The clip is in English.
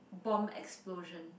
bomb explosion